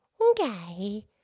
Okay